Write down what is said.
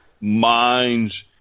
minds